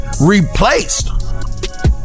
replaced